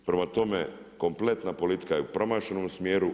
Prema tome, kompletna politika je u promašenom smjeru.